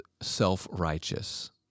self-righteous